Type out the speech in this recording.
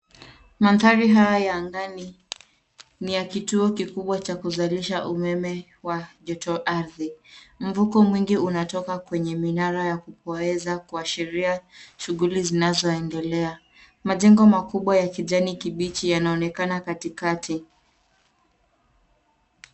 Mandhari haya ya angani ni ya kituo kikubwa cha kuzalisha umeme wa joto ardhi. Mvuko mwingi unatoka kwenye minara ya kupoeza kuashiria shughuli zinazoendelea. Majengo makubwa ya kijani kibichi yanaonekana katikati.